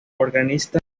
organista